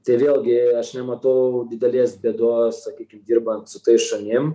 tai vėlgi aš nematau didelės bėdos sakykim dirbant su tais šunim